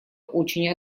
очень